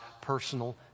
personal